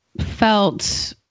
felt